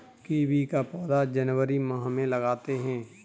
kiwi का पौधा जनवरी माह में लगाते हैं